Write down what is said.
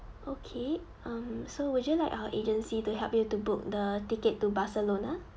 okay um so would you like our agency to help you to book the ticket to barcelona